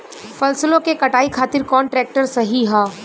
फसलों के कटाई खातिर कौन ट्रैक्टर सही ह?